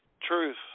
truth